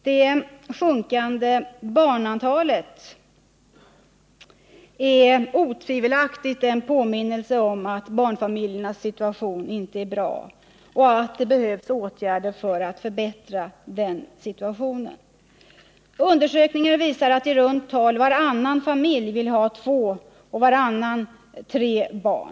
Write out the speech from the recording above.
Det sjunkande barnantalet är otvivelaktigt en påminnelse om att barnfamiljernas situation inte är bra och att det behövs åtgärder för att förbättra den. Undersökningar visar att i runt tal varannan familj vill ha två barn och varannan tre barn.